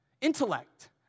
intellect